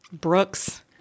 Brooks